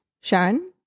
Sharon